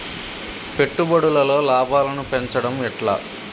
పెట్టుబడులలో లాభాలను పెంచడం ఎట్లా?